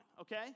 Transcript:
okay